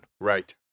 right